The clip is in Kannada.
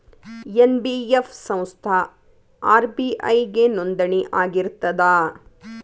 ಎನ್.ಬಿ.ಎಫ್ ಸಂಸ್ಥಾ ಆರ್.ಬಿ.ಐ ಗೆ ನೋಂದಣಿ ಆಗಿರ್ತದಾ?